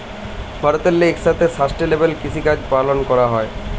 ভারতেল্লে ইকসাথে সাস্টেলেবেল কিসিকাজ পালল ক্যরা হ্যয়